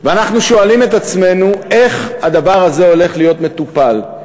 ואנחנו שואלים את עצמנו: איך הדבר הזה הולך להיות מטופל?